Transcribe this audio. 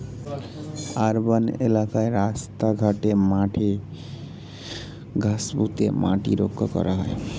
urban এলাকায় রাস্তা ঘাটে, মাঠে গাছ পুঁতে মাটি রক্ষা করা হয়